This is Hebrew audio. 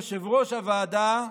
יושב-ראש הוועדה,